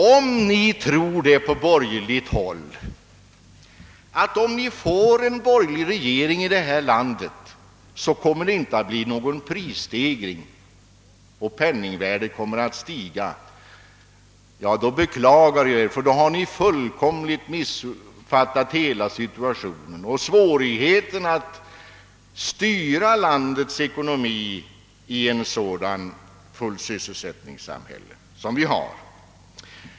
Om ni på borgerligt håll tror, att det inte blir någon Pprisstegring och att penningvärdet kommer att öka ifall vi får en borgerlig regering här i Sverige, så beklagar jag er. Då har ni fullkomligt missuppfattat hela situationen och inte förstått svårigheterna att styra landets ekonomi i ett samhälle som vårt med full sysselsättning.